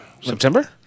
September